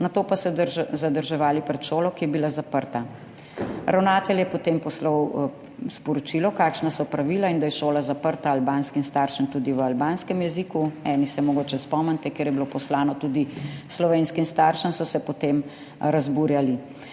nato pa se zadrževali pred šolo, ki je bila zaprta.« Ravnatelj je potem poslal sporočilo, kakšna so pravila in da je šola zaprta, albanskim staršem tudi v albanskem jeziku, eni se mogoče spomnite, ker je bilo poslano tudi slovenskim staršem, so se potem razburjali.